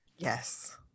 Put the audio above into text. Yes